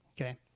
Okay